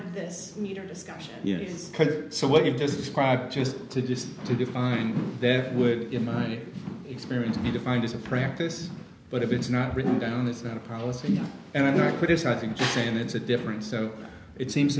of this discussion yes so what you've just described just to just to define that would in my experience be defined as a practice but if it's not written down it's not a policy and i'm not criticizing when it's a difference so it seems